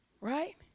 Right